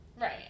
Right